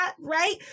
right